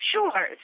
Sure